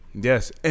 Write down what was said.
Yes